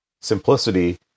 simplicity